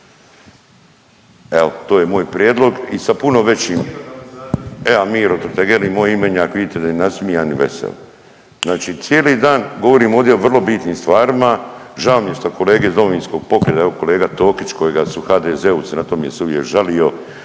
Evo to je moj prijedlog i sa puno većim. E a Miro Totgergeli, moj imenjak, vidite da je nasmijan i veseo. Znači cijeli dan govorim ovdje o vrlo bitnim stvarima. Žao mi je što kolege iz Domovinskog pokreta, evo kolega Tokić, kolega koji su u HDZ-u se na to žalio,